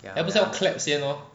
eh 不是要 clap 先